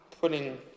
putting